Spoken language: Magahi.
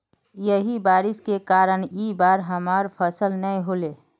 यही बारिश के कारण इ बार हमर फसल नय होले?